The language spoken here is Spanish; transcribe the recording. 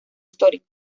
histórico